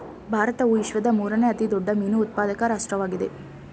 ಭಾರತವು ವಿಶ್ವದ ಮೂರನೇ ಅತಿ ದೊಡ್ಡ ಮೀನು ಉತ್ಪಾದಕ ರಾಷ್ಟ್ರವಾಗಿದೆ